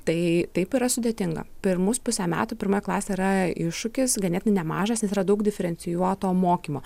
tai taip yra sudėtinga pirmus pusę metų pirma klasė yra iššūkis ganėtinai nemažas nes yra daug diferencijuoto mokymo